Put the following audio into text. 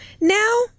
Now-